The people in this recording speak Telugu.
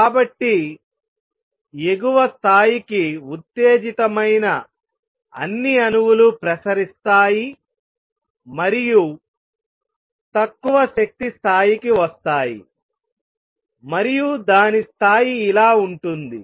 కాబట్టి ఎగువ స్థాయికి ఉత్తేజితమైన అన్ని అణువులు ప్రసరిస్తాయి మరియు తక్కువ శక్తి స్థాయికి వస్తాయి మరియు దాని స్థాయి ఇలా ఉంటుంది